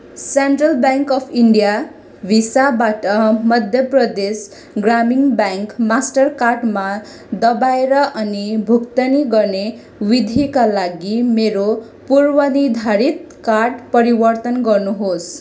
central bank of India भिसाबाट मध्य प्रदेश ग्रामीण bank मास्टरकार्डमा दबाएर अनि भुक्तानी गर्ने विधिका लागि मेरो पूर्वनिर्धारित कार्ड परिवर्तन गर्नुहोस्